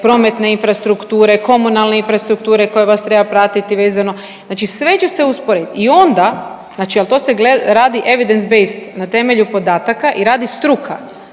prometne infrastrukture, komunalne infrastrukture koja vas treba pratiti, vezano, znači sve će se usporediti i onda, znači ali to se radi evidence based, na temelju podataka i radi struka,